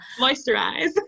Moisturize